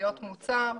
להיות מוצר,